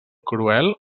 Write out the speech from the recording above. cruel